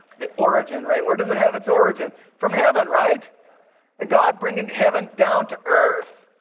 the origin, right? where does it have its origin? from heaven, right? and god bring in heaven down to earth,